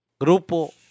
grupo